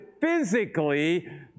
physically